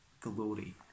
glory